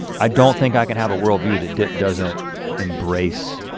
i don't think i can have a worldview that doesn't embrace